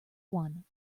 one